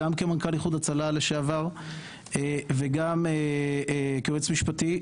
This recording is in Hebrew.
גם כמנכ"ל איחוד הצלה לשעבר וגם כיועץ משפטי.